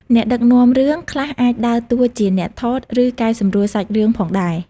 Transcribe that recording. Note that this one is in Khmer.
អ្នកដឹកនាំរឿងខ្លះអាចដើរតួជាអ្នកថត ឬកែសម្រួលសាច់រឿងផងដែរ។